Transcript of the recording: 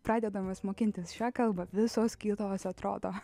pradėdamas mokintis šią kalbą visos kitos atrodo